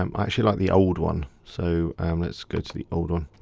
um i actually like the old one, so let's go to the old one.